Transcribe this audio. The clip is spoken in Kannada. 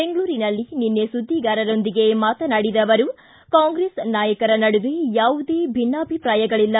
ಬೆಂಗಳೂರಿನಲ್ಲಿ ನಿನ್ನೆ ಸುದ್ದಿಗಾರರೊಂದಿಗೆ ಮಾತನಾಡಿದ ಅವರು ಕಾಂಗ್ರೆಸ್ ನಾಯಕರ ನಡುವೆ ಯಾವುದೇ ಭಿನ್ನಾಭಿಪ್ರಾಯಗಳಿಲ್ಲ